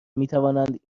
میتوانند